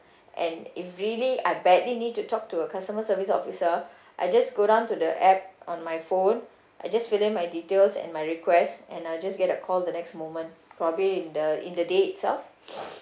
and if really I badly need to talk to a customer service officer I just go down to the app on my phone I just fill in my details and my requests and I'll just get a call the next moment probably in the in the day itself